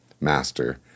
master